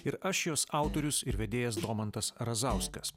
ir aš jos autorius ir vedėjas domantas razauskas